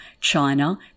China